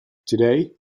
today